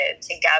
together